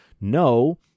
No